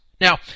Now